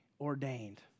ordained